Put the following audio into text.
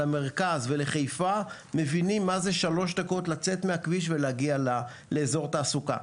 למרכז ולחיפה מבינים מה זה שלוש דקות לצאת מהכביש ולהגיע לאזור תעסוקה.